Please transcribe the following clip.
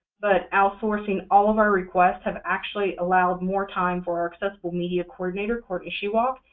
but outsourcing all of our requests have actually allowed more time for our accessible media coordinator, courtney shewak,